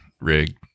rig